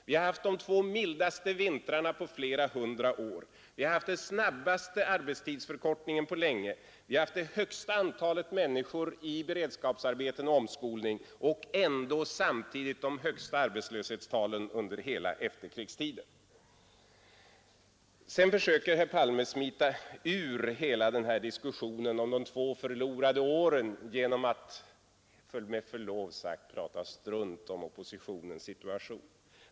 Vi har haft de två mildaste vintrarna på flera hundra år, vi har haft den snabbaste arbetstidsförkortningen på länge, vi har haft det högsta antalet människor i beredskapsarbeten och omskolning och ändå samtidigt de högsta arbetslöshetstalen under hela efterkrigstiden. Sedan försöker herr Palme smita ur hela diskussionen om de två förlorade åren genom att med förlov sagt prata strunt om oppositionens situation.